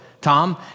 Tom